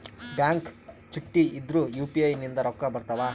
Bank ಚುಟ್ಟಿ ಇದ್ರೂ UPI ನಿಂದ ರೊಕ್ಕ ಬರ್ತಾವಾ?